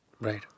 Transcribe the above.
right